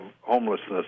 homelessness